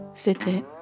C'était